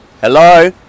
Hello